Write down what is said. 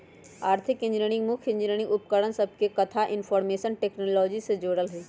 आर्थिक इंजीनियरिंग मुख्य इंजीनियरिंग उपकरण सभके कथा इनफार्मेशन टेक्नोलॉजी से जोड़ल हइ